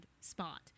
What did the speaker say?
spot